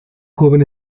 joven